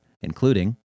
including